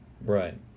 Right